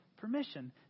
permission